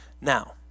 Now